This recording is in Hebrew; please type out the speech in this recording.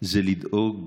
זה לדאוג